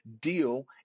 deal